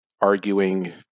arguing